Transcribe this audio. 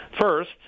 first